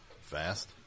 fast